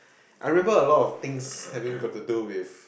I remember a lot of things having got to do with